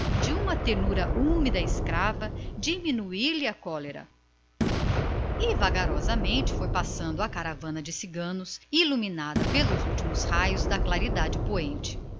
de uma ternura úmida e escrava diminuir lhe a cólera e a caravana iluminada pelos últimos raios da claridade poente